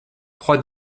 trois